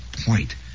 point